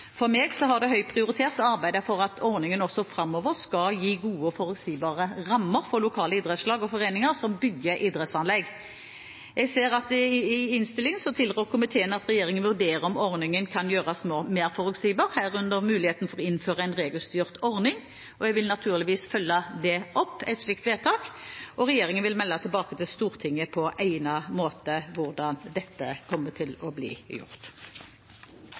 For meg har det høy prioritet å arbeide for at ordningen også framover skal gi gode og forutsigbare rammer for lokale idrettslag og foreninger som bygger idrettsanlegg. Jeg ser at komiteen i innstillingen tilrår at regjeringen vurderer om ordningen kan gjøres mer forutsigbar, herunder muligheten for å innføre en regelstyrt ordning. Jeg vil naturligvis følge opp et slikt vedtak, og regjeringen vil melde tilbake til Stortinget på egnet måte om hvordan dette kommer til å bli gjort.